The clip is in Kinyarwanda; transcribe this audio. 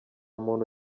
muntu